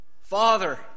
Father